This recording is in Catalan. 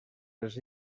les